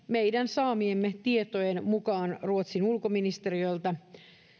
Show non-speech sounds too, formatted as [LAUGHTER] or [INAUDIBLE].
[UNINTELLIGIBLE] meidän saamiemme tietojen mukaan ruotsin ulkoministeriöltä